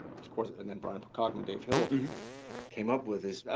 of course, and then bryan cogman, dave hill came up with this.